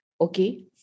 okay